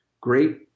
great